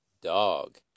dog